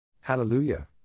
Hallelujah